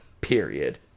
period